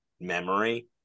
memory